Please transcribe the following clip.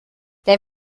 der